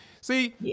See